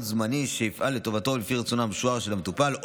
זמני שיפעל לטובתו או לפי רצונו המשוער של המטופל,